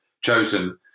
chosen